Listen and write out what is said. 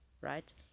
right